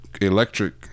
electric